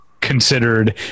considered